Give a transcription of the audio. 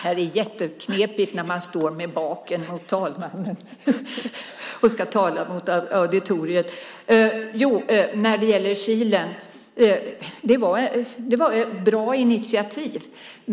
Fru talman! Kilen var ett bra initiativ.